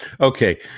Okay